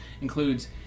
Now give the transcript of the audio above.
includes